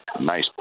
nice